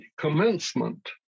commencement